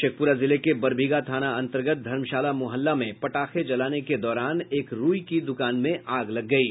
शेखपुरा जिले के बरबीघा थाना अंतर्गत धर्मशाला मुहल्ला में पटाखे जलाने के दौरान एक रूई की दुकान में आग लग गयी